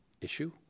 issue